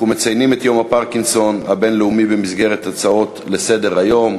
אנחנו מציינים את יום הפרקינסון הבין-לאומי במסגרת הצעות לסדר-היום.